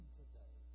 today